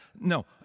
No